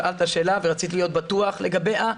שאלת שאלה ורציתי להיות בטוח לגביה.